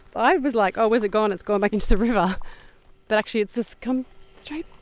i was like oh where's it gone? it's gone back into the river' but actually it's just come straight.